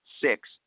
six